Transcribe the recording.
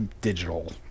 digital